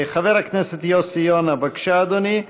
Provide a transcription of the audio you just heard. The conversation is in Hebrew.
חבר הכנסת יוסי יונה, בבקשה, אדוני.